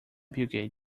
bill